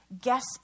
guess